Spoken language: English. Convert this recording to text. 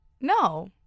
No